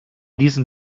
diesen